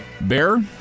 Bear